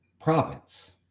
province